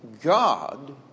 God